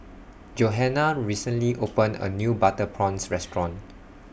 Johannah recently opened A New Butter Prawns Restaurant